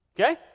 Okay